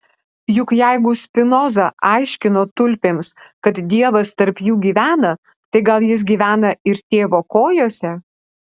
juk jeigu spinoza aiškino tulpėms kad dievas tarp jų gyvena tai gal jis gyvena ir tėvo kojose